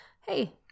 hey